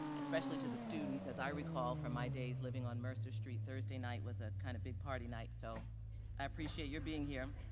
especially to the students. as i recall from my days living on mercer street, thursday night was a kind of big party night. so i appreciate your being here.